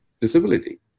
disability